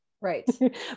Right